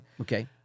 Okay